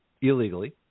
illegally